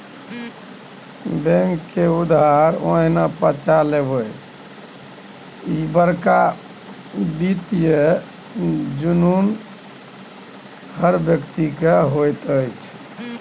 बैंकक उधार एहिना पचा जेभी, ई बड़का वित्तीय जुलुम छै